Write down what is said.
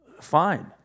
fine